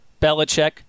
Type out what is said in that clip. Belichick